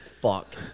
fuck